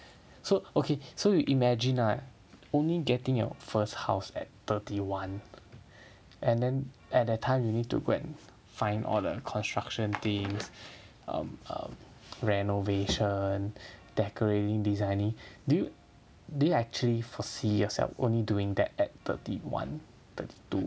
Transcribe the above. so okay so you imagine lah only getting your first house at thirty one and then at that time you need to go and find all the construction teams um err renovation decorating designing do you do you actually foresee yourself only doing that at thirty one thirty two